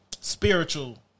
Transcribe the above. spiritual